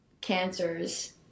cancers